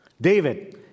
David